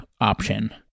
option